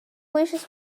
wishes